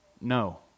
No